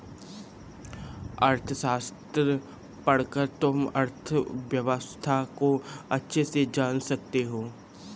अर्थशास्त्र पढ़कर तुम अर्थव्यवस्था को अच्छे से जान सकते हो